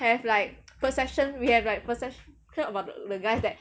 have like perception we have like perception about the guys that